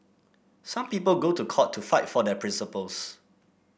some people go to court to fight for their principles